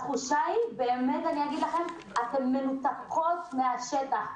התחושה היא שאתן מנותקות מהשטח,